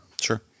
sure